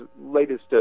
latest